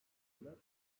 ile